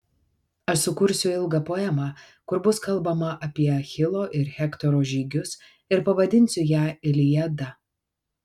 aš sukursiu ilgą poemą kur bus kalbama apie achilo ir hektoro žygius ir pavadinsiu ją iliada